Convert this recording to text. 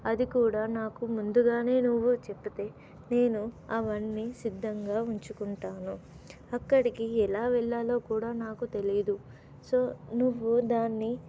అది కూడా నాకు ముందుగానే నువ్వు చెప్తే నేను అవన్నీ సిద్ధంగా ఉంచుకుంటాను అక్కడికి ఎలా వెళ్ళా లో కూడా నాకు తెలియదు సో నువ్వు దాన్ని